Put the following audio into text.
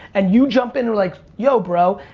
and you jump in like, yo, bro.